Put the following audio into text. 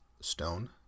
Stone